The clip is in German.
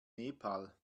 nepal